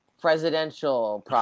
presidential